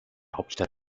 hauptstadt